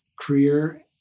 career